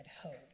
hope